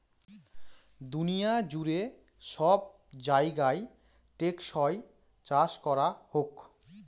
দুনিয়া জুড়ে সব জায়গায় টেকসই চাষ করা হোক